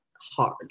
hard